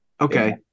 Okay